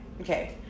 Okay